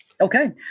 okay